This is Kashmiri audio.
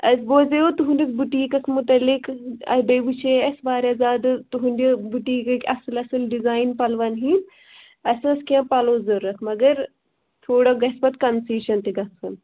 اَسہِ بوزیوٚو تُہنٛدِس بُٹیٖکَس متعلِق بیٚیہِ وُچھے اَسہِ واریاہ زیادٕ تُہٕنٛدِ بُٹیٖکٕکۍ اَصٕل اَصٕل ڈِزایِن پَلوَن ہٕنٛدۍ اَسہِ ٲس کیٚنٛہہ پَلو ضروٗرت مگر تھوڑا گژھِ پَتہٕ کَنسیشَن تہِ گژھُن